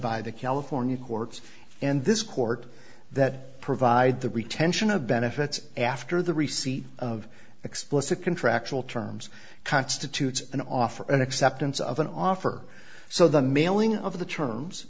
by the california courts and this court that provide the retention of benefits after the receipt of explicit contractual terms constitutes an offer an acceptance of an offer so the mailing of the terms